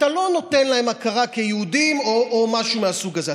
אתה לא נותן להם הכרה כיהודים או משהו מהסוג הזה,